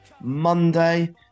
Monday